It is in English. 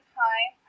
time